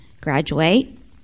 graduate